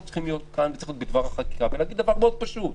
צריכות להיות כאן ובדבר החקיקה צריך ולהגיד דבר מאוד פשוט: